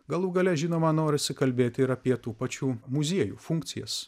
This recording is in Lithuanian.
galų gale žinoma norisi kalbėti ir apie tų pačių muziejų funkcijas